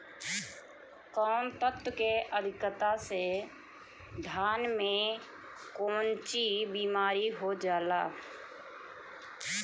कौन तत्व के अधिकता से धान में कोनची बीमारी हो जाला?